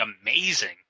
amazing